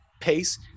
pace